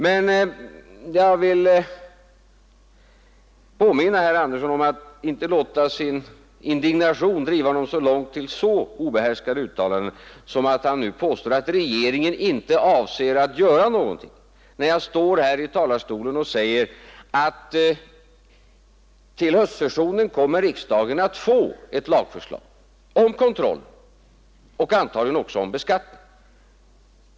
Men jag vill uppmana herr Andersson att inte låta sin indignation driva honom till så obehärskade uttalanden som när han påstår att regeringen inte avser att göra någonting, fastän jag står här i talarstolen och säger att till höstsessionen kommer riksdagen att få ett lagförslag om kontroll och antagligen också om beskattning.